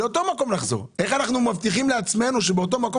איך אנחנו מבטיחים לעצמנו שמאותו מקום